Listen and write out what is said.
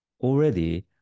Already